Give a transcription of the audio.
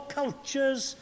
cultures